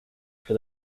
for